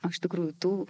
o iš tikrųjų tų